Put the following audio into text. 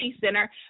Center